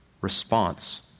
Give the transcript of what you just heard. response